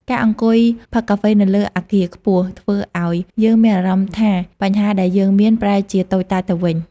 ការអង្គុយផឹកកាហ្វេនៅលើអគារខ្ពស់ ធ្វើឱ្យយើងមានអារម្មណ៍ថាបញ្ហាដែលយើងមានប្រែជាតូចតាចទៅវិញ។